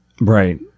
right